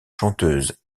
chanteuse